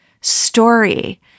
story